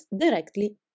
directly